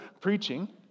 preaching